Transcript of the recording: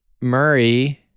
Murray